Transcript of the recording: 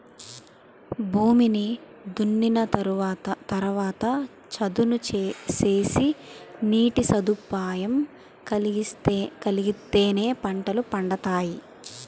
భూమిని దున్నిన తరవాత చదును సేసి నీటి సదుపాయం కలిగిత్తేనే పంటలు పండతాయి